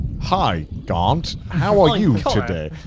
hi garnt. how are you today?